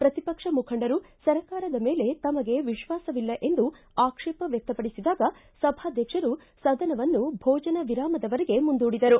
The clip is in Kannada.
ಪ್ರತಿಪಕ್ಷೆ ಮುಖಂಡರು ಸರ್ಕಾರದ ಮೇಲೆ ತಮಗೆ ವಿಶ್ವಾಸವಿಲ್ಲ ಎಂದು ಆಕ್ಷೇಪ ವ್ಯಕ್ತಪಡಿಸಿದಾಗ ಸಭಾಧ್ಯಕ್ಷರು ಸದನವನ್ನು ಭೋಜನ ವಿರಾಮದವರೆಗೆ ಮುಂದೂಡಿದರು